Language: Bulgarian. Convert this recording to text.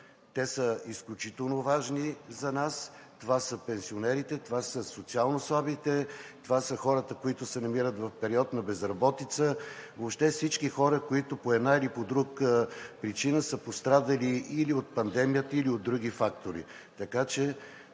Те са изключително важни за нас – това са пенсионерите, това са социално слабите, това са хората, които се намират в период на безработица – въобще всички хора, които по една или друга причина са пострадали или от пандемията, или от други фактори.